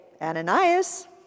Ananias